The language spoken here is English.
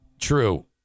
true